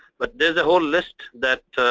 but there's a whole list that